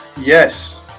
Yes